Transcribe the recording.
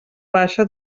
baixa